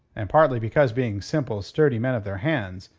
and partly because being simple, sturdy men of their hands,